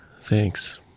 Thanks